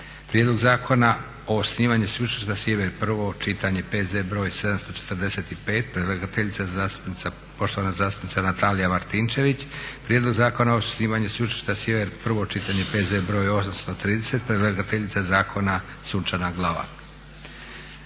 Prijedlog Zakona o osnivanju Sveučilišta Sjever, prvo čitanje, P.Z. br. 745; - predlagateljica zastupnica Natalija Martinčević - Prijedlog Zakona o osnivanju Sveučilišta Sjever, prvo čitanje, P.Z. br. 830; - predlagateljica zastupnica Sunčana Glavak